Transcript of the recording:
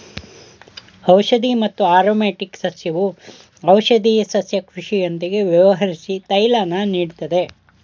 ಔಷಧಿ ಮತ್ತು ಆರೊಮ್ಯಾಟಿಕ್ ಸಸ್ಯವು ಔಷಧೀಯ ಸಸ್ಯ ಕೃಷಿಯೊಂದಿಗೆ ವ್ಯವಹರ್ಸಿ ತೈಲನ ನೀಡ್ತದೆ